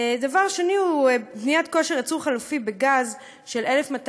דבר שני הוא בניית כושר ייצור חלופי בגז של 1,200